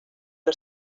que